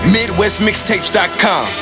MidwestMixtapes.com